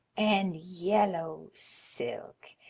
and yellow silk.